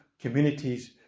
communities